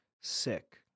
sick